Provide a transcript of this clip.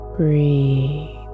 Breathe